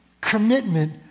commitment